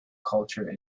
culture